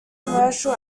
commercial